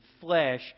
flesh